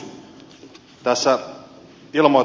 muutama kysymys